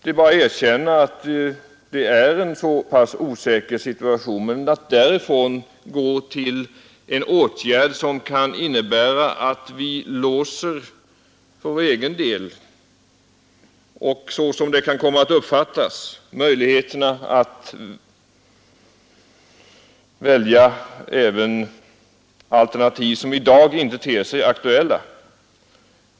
Men att därifrån gå till en åtgärd som kan innebära att såsom det kan komma att uppfattas och påverka situationen möjligheterna låses när det gäller att välja även alternativ som i dag inte ter sig aktuella.